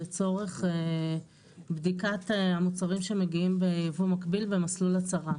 לצורך בדיקת המוצרים שמגיעים בייבוא מקביל במסלול הצהרה,